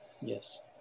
Yes